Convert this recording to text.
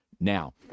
Now